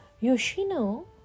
Yoshino